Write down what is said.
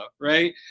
Right